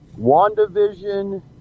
WandaVision